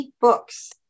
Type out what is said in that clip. books